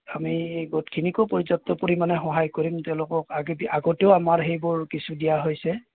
আমি গোটখিনিকো পৰ্যাপ্ত পৰিমাণে সহায় কৰিম তেওঁলোকক আগতেও আমাৰ সেইবোৰ কিছু দিয়া হৈছে